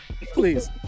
please